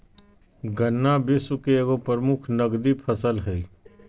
गन्ना विश्व के एगो प्रमुख नकदी फसल हइ